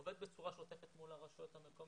הוא עובד בצורה שוטפת מול הרשויות המקומיות,